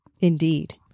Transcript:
indeed